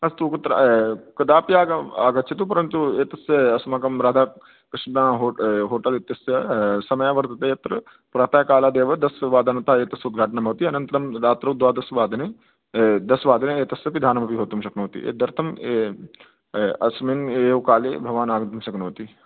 अस्तु कुत्र कदापि आग आगच्छतु परन्तु एतस्य अस्माकं राधाकृष्ण होट होटल् इत्यस्य समयः वर्तते यत्र प्रातःकालादेव दशवादनतः एतस्य उद्घाटनं भवति अनन्तरं रात्रौ द्वादशवादने दशवादने तस्य पिधानमपि भवितुं शक्नोति एतदर्थं अस्मिन् एव काले भवान् आगन्तुं शक्नोति